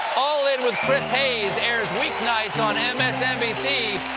all in with chris hayes airs weeknights on and msnbc.